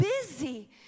busy